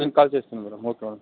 నేను కాల్ చేస్తా madam okay madam